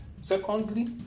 Secondly